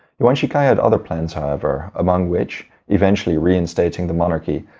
yuan shikai had other plans however, among which eventually reinstating the monarchy.